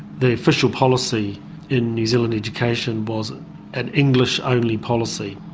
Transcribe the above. the official policy in new zealand education was and an english-only policy,